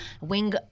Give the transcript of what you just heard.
Wing